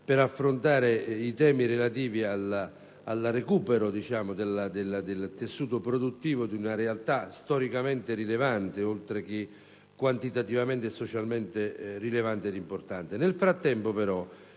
per affrontare i temi relativi al recupero del tessuto produttivo di una realtà storicamente oltre che quantitativamente e socialmente rilevante. Nel frattempo il